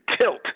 tilt